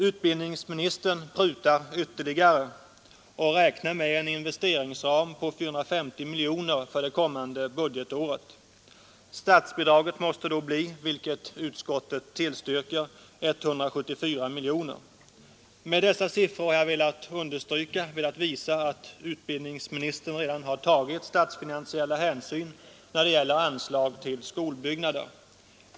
Utbildningsministern prutar ytterligare och räknar med en investeringsram på 450 miljoner kronor för det kommande budgetåret. Statsbidraget måste då bli — vilket utskottet tillstyrker — 174 miljoner. Med dessa siffror har jag velat visa att utbildningsministern redan tagit statsfinansiella hänsyn när det gäller anslag till skolbyggnader.